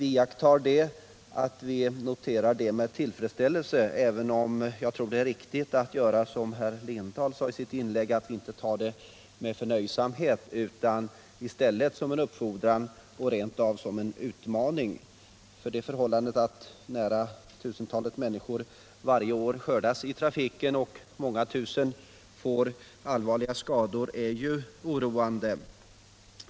Vi kan naturligtvis notera detta med tillfredsställelse, men jag tror att det är riktigt att vi, som herr Lindahl sade, inte tar detta med förnöjsamhet utan i stället som en uppfordran och rent av som en utmaning. Det förhållandet att nära tusentalet människoliv varje år skördas i trafiken och många tusen får allvarliga skador är ju oroande.